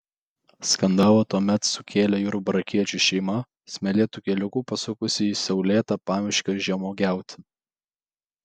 skandalą tuomet sukėlė jurbarkiečių šeima smėlėtu keliuku pasukusi į saulėtą pamiškę žemuogiauti